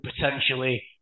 potentially